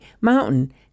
mountain